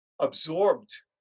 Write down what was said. absorbed